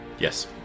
yes